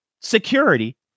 security